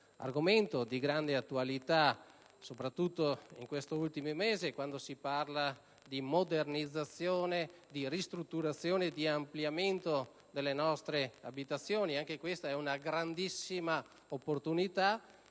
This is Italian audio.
argomento di grande attualità, soprattutto in questi ultimi mesi, relativamente alla modernizzazione, alla ristrutturazione e all'ampliamento delle nostre abitazioni: anche questa è una grandissima opportunità,